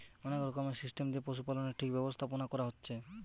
অনেক রকমের সিস্টেম দিয়ে পশুপালনের ঠিক ব্যবস্থাপোনা কোরা হচ্ছে